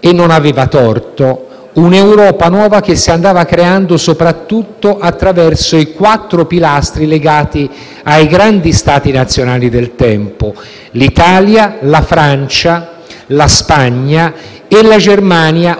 e non aveva torto - un'Europa nuova, che si andava creando soprattutto attraverso i quattro pilastri legati ai grandi Stati nazionali del tempo: l'Italia, la Francia, la Spagna e la Germania,